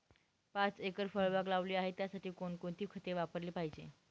पाच एकर फळबाग लावली आहे, त्यासाठी कोणकोणती खते वापरली पाहिजे?